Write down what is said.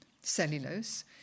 cellulose